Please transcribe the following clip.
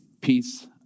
peace